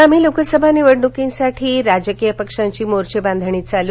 आगामी लोकसभा निवडणुकीसाठी राजकीय पक्षांची मोर्चेबांधणी चालू